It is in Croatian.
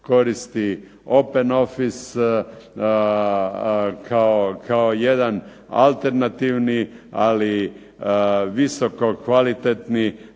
koristi OPEN OFFICE kao jedan alternativni, ali visoko kvalitetni,